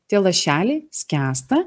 tie lašeliai skęsta